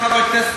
חבר כנסת,